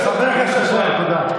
חבר הכנסת אשר, תודה.